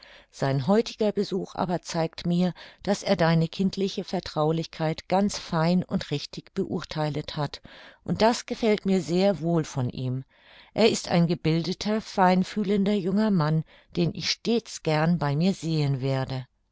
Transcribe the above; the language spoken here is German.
sein heutiger besuch aber zeigt mir daß er deine kindliche vertraulichkeit ganz fein und richtig beurtheilet hat und das gefällt mir sehr wohl von ihm er ist ein gebildeter feinfühlender junger mann den ich stets gern bei mir sehen werde